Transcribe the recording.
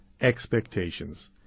Expectations